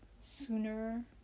sooner